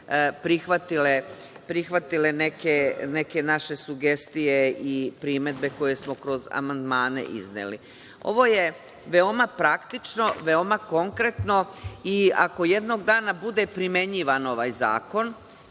prihvatile neke naše sugestije i primedbe koje smo kroz amandmane izneli. Ovo je veoma praktično, veoma konkretno, i ako jednog dana bude primenjivan ovaj zakon,